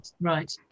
Right